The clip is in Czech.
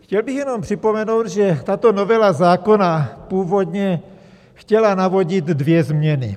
Chtěl bych jenom připomenout, že tato novela zákona původně chtěla navodit dvě změny.